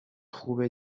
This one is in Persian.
خوبه